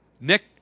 Nick